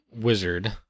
Wizard